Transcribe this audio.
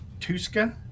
Tuska